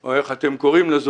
או כפי שאתם קוראים לה,